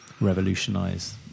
revolutionise